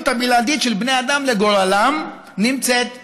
הבלעדית של בני אדם לגורלם נמצאת בידם.